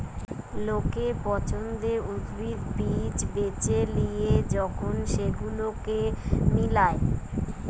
লোকের পছন্দের উদ্ভিদ, বীজ বেছে লিয়ে যখন সেগুলোকে মিলায়